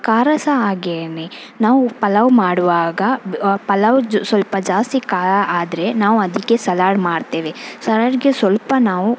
ಖಾರ ಸಹ ಹಾಗೆಯೇ ನಾವು ಪಲಾವ್ ಮಾಡುವಾಗ ಪಲಾವ್ ಸ್ವಲ್ಪ ಜಾಸ್ತಿ ಖಾರ ಆದರೆ ನಾವು ಅದಕ್ಕೆ ಸಲಾಡ್ ಮಾಡ್ತೇವೆ ಸಲಾಡ್ಗೆ ಸ್ವಲ್ಪ ನಾವು